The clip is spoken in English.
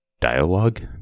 dialogue